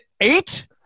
eight